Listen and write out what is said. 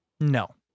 No